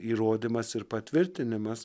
įrodymas ir patvirtinimas